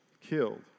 killed